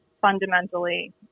fundamentally